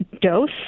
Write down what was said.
dose